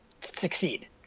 succeed